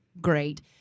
Great